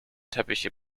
teppiche